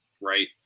right